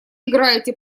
играете